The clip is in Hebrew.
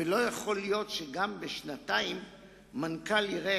ולא יכול להיות שגם בשנתיים מנכ"ל יראה